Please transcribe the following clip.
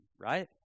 right